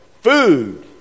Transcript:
Food